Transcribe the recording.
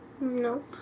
no